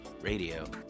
Radio